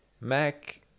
mac